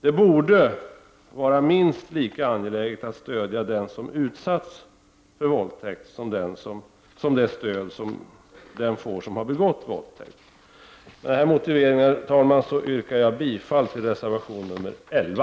Det borde vara minst lika angeläget att stödja den som har utsatts för våldtäkt som att ge stöd till den som har begått våldtäkten. Med denna motivering yrkar jag bifall till reservation nr 11.